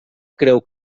creu